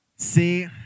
See